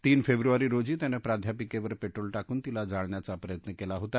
तीन फेब्रुवारी रोजी त्यानं प्राध्यपिकेवर पेट्रोल टाकून तिला जाळण्याचा प्रयत्न केला होता